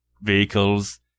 vehicles